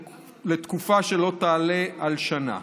לתקופה שלא תעלה על שנה.